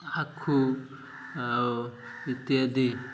ଆଖୁ ଆଉ ଇତ୍ୟାଦି